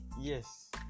yes